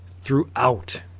throughout